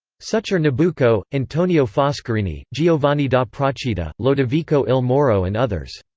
such are nabucco, antonio foscarini, giovanni da procida, lodovico il moro and others.